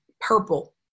purple